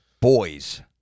boys